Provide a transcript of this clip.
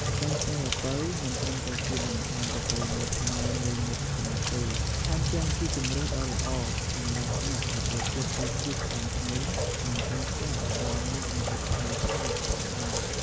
សង់ខ្យាល្ពៅមិនត្រឹមតែជាបង្អែមប្រពៃណីខ្មែរមួយមុខប៉ុណ្ណោះទេ ថែមទាំងជាជម្រើសដ៏ល្អសម្រាប់អ្នកដែលចូលចិត្តរសជាតិផ្អែមឈ្ងុយ និងចង់សាកល្បងមុខម្ហូបថ្មីប្លែកផងដែរ។